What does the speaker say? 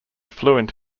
fluent